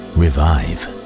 revive